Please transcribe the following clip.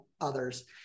others